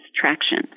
traction